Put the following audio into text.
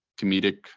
comedic